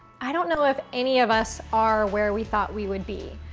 i don't know if any of us are where we thought we would be.